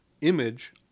image